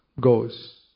goes